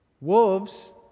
Wolves